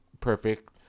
perfect